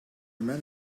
man